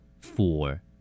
Four